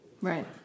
Right